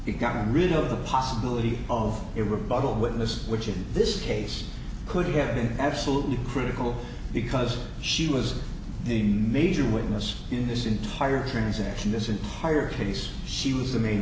be gotten rid of the possibility of a rebuttal witness which in this case could have been absolutely critical because she was the major witness in this entire transaction this entire case she was the main